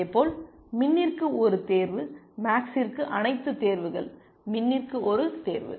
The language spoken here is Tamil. அதேபோல் மின்னிற்கு ஒரு தேர்வு மேக்ஸ்ற்கு அனைத்து தேர்வுகள் மின்னிற்கு ஒரு தேர்வு